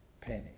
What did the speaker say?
penny